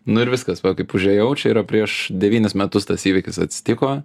nu ir viskas kaip užėjau čia yra prieš devynis metus tas įvykis atsitiko